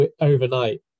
overnight